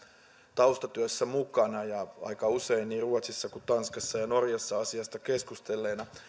taustatyössä mukana ja aika usein niin ruotsissa kuin tanskassa ja norjassa asiasta keskustelleena